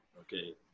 Okay